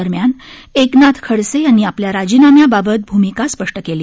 दरम्यान एकनाथ खडसे यांनी आपल्या राजीनाम्याबाबत भूमिका स्पष्ट केली